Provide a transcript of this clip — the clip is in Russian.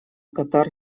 катар